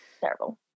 terrible